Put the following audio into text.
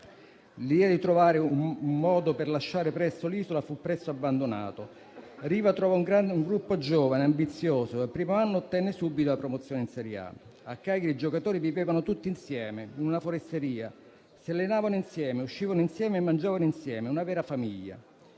L'idea di trovare un modo per lasciare presto l'isola fu subito abbandonata. Riva trovò un gruppo giovane e ambizioso, che il primo anno ottenne subito la promozione in serie A. A Cagliari i giocatori vivevano tutti insieme, in una foresteria. Si allenavano insieme, uscivano insieme e mangiavano insieme: una vera famiglia.